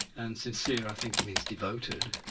and sincere i think it means devoted.